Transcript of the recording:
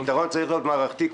הפתרון צריך להיות מערכתי,